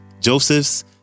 Josephs